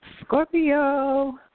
Scorpio